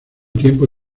tiempo